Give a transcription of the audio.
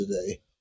today